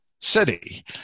city